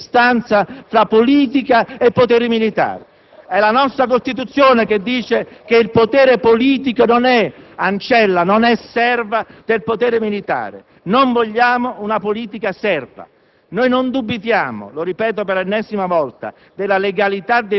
può ingenerare anche una inquietante presa di distanza fra politica e poteri militari. *(Commenti del senatore Storace).* È la nostra Costituzione che dice che il potere politico non è ancella, non è serva del potere militare. Non vogliamo una politica serva.